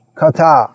kata